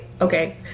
Okay